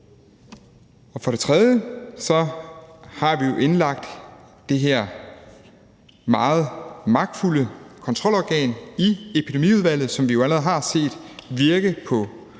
For det tredje har vi jo indlagt det her meget magtfulde kontrolorgan i Epidemiudvalget, som vi allerede har set virke for